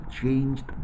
changed